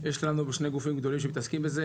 יש לנו שני גופים גדולים שמתעסקים בזה.